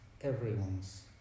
everyone's